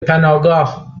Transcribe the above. پناهگاه